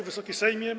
Wysoki Sejmie!